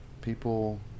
people